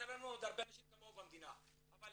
חסר לנו עוד הרבה אנשים כמוהו במדינה, אבל